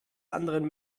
anderen